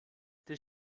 des